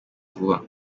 vuba